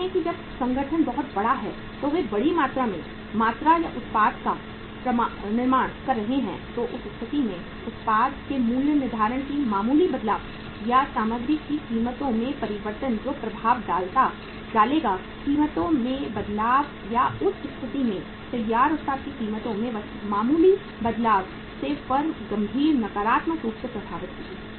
देखें कि जब संगठन बहुत बड़ा है तो वे बड़ी मात्रा में मात्रा या उत्पाद का निर्माण कर रहे हैं तो उस स्थिति में उत्पाद के मूल्य निर्धारण में मामूली बदलाव या सामग्री की कीमतों में परिवर्तन जो प्रभाव डालेगा कीमतों में बदलाव या उस स्थिति में तैयार उत्पाद की कीमतों में मामूली बदलाव से फर्म गंभीर नकारात्मक रूप से प्रभावित होगी